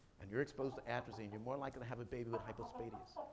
and you're exposed to atrazine, you're more likely to have a baby with hypospadios.